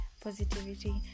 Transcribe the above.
positivity